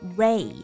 ray